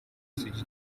isugi